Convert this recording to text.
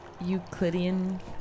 Euclidean